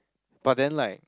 but then like